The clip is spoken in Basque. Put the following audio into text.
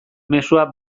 mezua